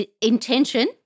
intention